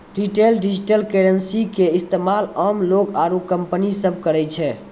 retail digital currency के इस्तेमाल आम लोग आरू कंपनी सब करै छै